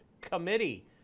committee